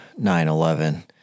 9-11